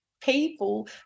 people